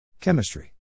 Chemistry